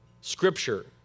Scripture